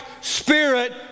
spirit